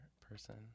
person